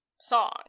song